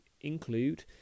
include